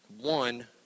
one